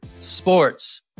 sports